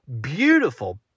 beautiful